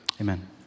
amen